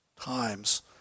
times